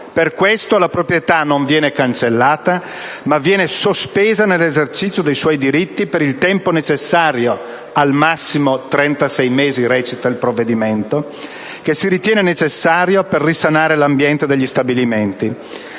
Per questo, la proprietà non viene cancellata, ma viene sospesa nell'esercizio dei suoi diritti per il tempo necessario - al massimo 36 mesi, recita il provvedimento - che si ritiene necessario per risanare l'ambiente degli stabilimenti.